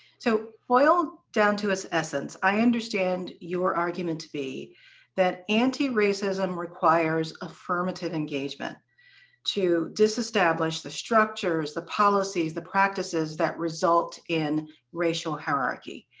so boil down to us, essence i understand your argument to be that anti-racism requires affirmative engagement to disestablish the structures, the policies, the practices that result in racial hierarchy.